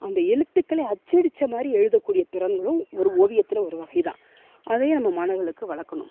அந்த எழுத்துக்களை அச்சடித்த மாதிரி எழுதக்கூடிய திறன்களும் ஒரு ஓவியத்தில் ஒரு வகை தான் அதையே நம்ம மாணவர்களுக்கு வளர்க்கணும்